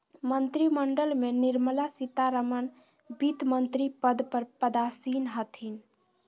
मंत्रिमंडल में निर्मला सीतारमण वित्तमंत्री पद पर पदासीन हथिन